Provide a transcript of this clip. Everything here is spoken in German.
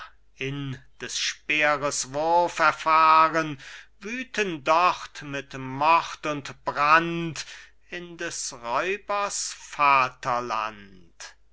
in des speeres wurf erfahren wüthend dort mir mord und brand in des räubers